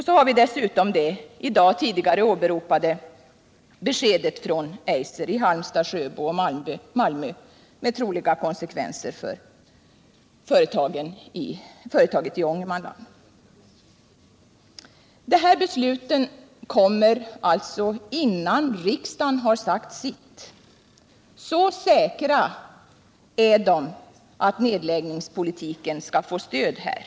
Så har vi dessutom det tidigare i dag åberopade beskedet från Eiser i Halmstad, Sjöbo och Malmö med troliga konsekvenser för företaget i Ångermanland. Dessa beslut kommer alltså innan riksdagen har sagt sitt. Så Nr 98 säkra är de att nedläggningspolitiken skall få stöd här.